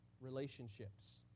relationships